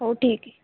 हो ठीक आहे